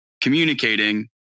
communicating